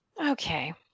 Okay